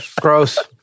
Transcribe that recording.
Gross